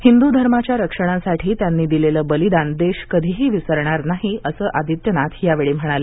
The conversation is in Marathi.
हिंदू धर्माच्या रक्षणासाठी त्यांनी दिलेलं बलिदान देश कधीही विसरणार नाही असं आदित्यनाथ यावेळी म्हणाले